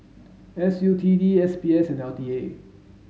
S U T D S B S and L T A